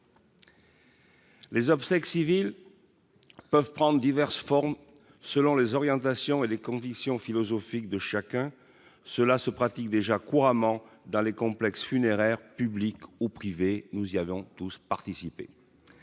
Les obsèques civiles peuvent prendre diverses formes selon les orientations et les conditions philosophiques de chacun, cela se pratique déjà couramment dans les complexes funéraires publics ou privés, nous y avons tous participé